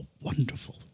wonderful